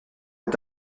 est